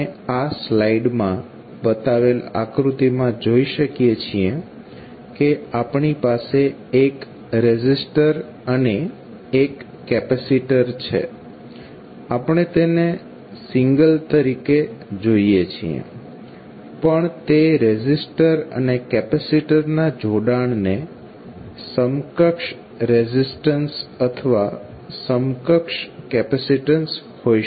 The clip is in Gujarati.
આપણે આ સ્લાઈડ માં બતાવેલ આકૃતિમાં જોઈ શકીએ છીએ કે આપણી પાસે એક રેઝિસ્ટર અને એક કેપેસીટર છેઆપણે તેને સિંગલ તરીકે જોઇએ છીએ પણ તે રેઝિસ્ટર અને કેપેસીટરના જોડાણને સમકક્ષ રેઝિસ્ટન્સ અથવા સમકક્ષ કેપેસિટન્સ હોઈ શકે છે